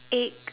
egg